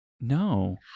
no